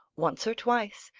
once or twice,